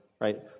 right